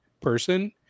person